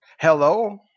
Hello